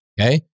okay